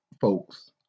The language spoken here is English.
folks